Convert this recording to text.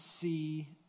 see